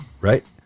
right